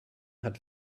hat